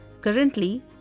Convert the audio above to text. Currently